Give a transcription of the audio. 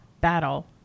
Battle